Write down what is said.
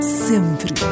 sempre